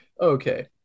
Okay